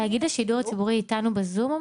תאגיד השידור הציבורי אתנו בזום?